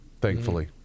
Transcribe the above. thankfully